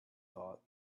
thought